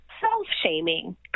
self-shaming